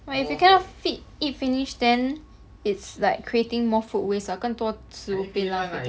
but if you cannot feed eat finish then it's like creating more food waste what 更多食物被浪费